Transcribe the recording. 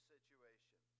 situation